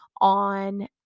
on